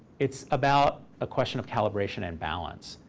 it's about a question of calibration and balance.